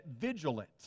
vigilant